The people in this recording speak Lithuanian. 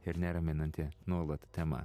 ir neraminanti nuolat tema